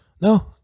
No